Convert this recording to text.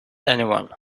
anyone